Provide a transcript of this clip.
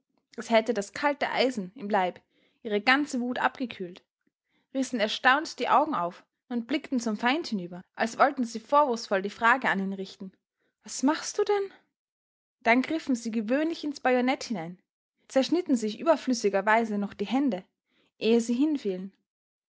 als hätte das kalte eisen im leib ihre ganze wut abgekühlt rissen erstaunt die augen auf und blickten zum feind hinüber als wollten sie vorwurfsvoll die frage an ihn richten was machst du denn dann griffen sie gewöhnlich ins bajonett hinein zerschnitten sich überflüssigerweise noch die hände ehe sie hinfielen